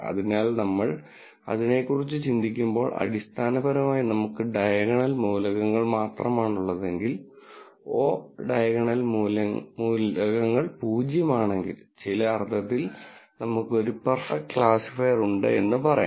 അതിനാൽ നമ്മൾ അതിനെക്കുറിച്ച് ചിന്തിക്കുമ്പോൾ അടിസ്ഥാനപരമായി നമുക്ക് ഡയഗണൽ മൂലകങ്ങൾ മാത്രമാണുള്ളതെങ്കിൽ o ഡയഗണൽ മൂലകങ്ങൾ പൂജ്യമാണെങ്കിൽ ചില അർത്ഥത്തിൽ നമുക്ക് ഒരു പെർഫെക്റ്റ് ക്ലാസിഫയർ ഉണ്ട് എന്ന് പറയാം